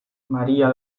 maría